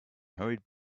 hurried